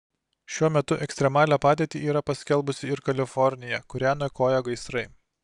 šiuo metu ekstremalią padėtį yra paskelbusi ir kalifornija kurią niokoja gaisrai